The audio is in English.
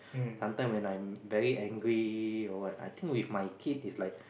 sometime when I'm very angry or what I think with my kid it's like